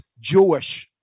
Jewish